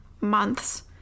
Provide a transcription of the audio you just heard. Months